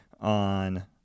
on